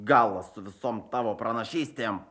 galą su visom tavo pranašystėm